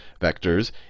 vectors